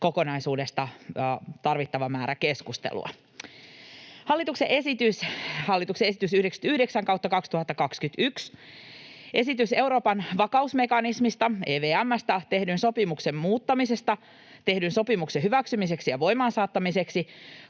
kokonaisuudesta tarvittava määrä keskustelua. Hallituksen esitys 99/2021 Euroopan vakausmekanismista, EVM:stä, tehdyn sopimuksen muuttamisesta tehdyn sopimuksen hyväksymiseksi ja voimaansaattamiseksi